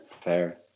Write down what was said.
fair